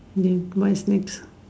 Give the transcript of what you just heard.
yes voice mix